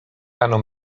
rano